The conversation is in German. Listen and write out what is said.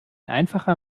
einfacher